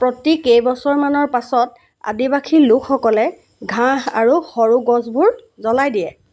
প্ৰতি কেইবছৰমানৰ পাছত আদিবাসী লোকসকলে ঘাঁহ আৰু সৰু গছবোৰ জ্বলাই দিয়ে